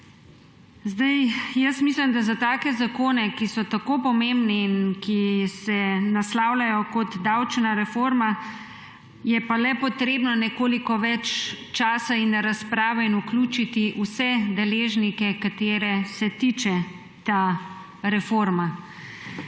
državo. Mislim, da je za take zakone, ki so tako pomembni in ki se naslavljajo kot davčna reforma, pa le potrebno nekoliko več časa in razprave in vključiti vse deležnike, ki se jih tiče ta reforma.